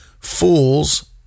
fools